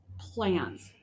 plans